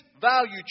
value